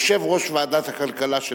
יושב-ראש ועדת הכלכלה של